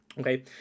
Okay